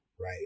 Right